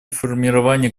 формирования